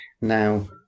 Now